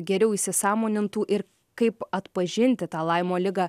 geriau įsisąmonintų ir kaip atpažinti tą laimo ligą